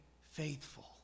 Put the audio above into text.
faithful